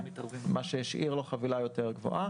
מה שהשאיר לו חבילה גדולה יותר.